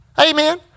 Amen